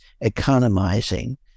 economizing